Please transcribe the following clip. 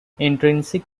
intrinsic